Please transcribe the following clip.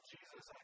Jesus